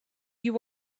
you